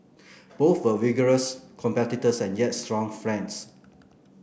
both were vigorous competitors and yet strong friends